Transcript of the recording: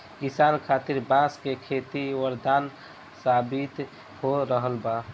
किसान खातिर बांस के खेती वरदान साबित हो रहल बा